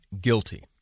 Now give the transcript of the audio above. guilty